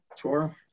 Sure